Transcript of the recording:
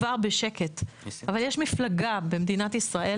אבל יש מפלגה במדינת ישראל,